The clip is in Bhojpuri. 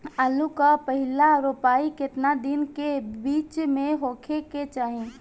आलू क पहिला रोपाई केतना दिन के बिच में होखे के चाही?